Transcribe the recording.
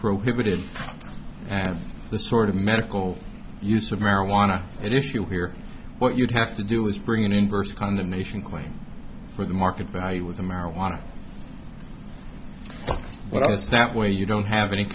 prohibited and the sort of medical use of marijuana at issue here what you'd have to do is bring an inverse condemnation claim for the market value with the marijuana well it's that way you don't have any